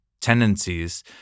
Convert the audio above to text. tendencies